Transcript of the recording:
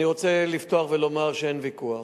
אני רוצה לפתוח ולומר שאין ויכוח,